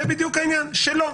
זה בדיוק העניין, שלא.